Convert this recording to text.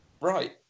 right